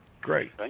Great